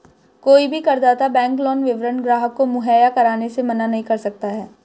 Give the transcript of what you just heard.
कोई भी करदाता बैंक लोन विवरण ग्राहक को मुहैया कराने से मना नहीं कर सकता है